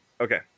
Okay